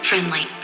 Friendly